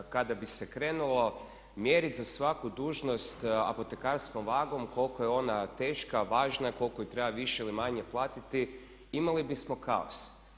Kada bi se krenulo mjeriti za svaku dužnost apotekarskom vagom koliko je ona teška, važna, koliko je treba više ili manje platiti imali bismo kaos.